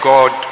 God